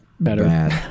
better